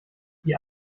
die